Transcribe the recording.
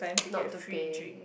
not to pay